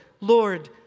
Lord